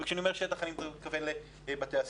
וכשאני אומר שטח אני מתכוון לבתי הספר.